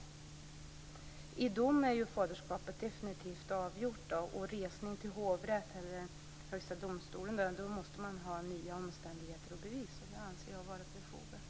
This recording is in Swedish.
I dom är faderskapet definitivt avgjort, och för resning till hovrätt eller till Högsta domstolen måste man ha nya omständigheter och bevis. Det anser jag vara befogat.